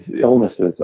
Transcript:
illnesses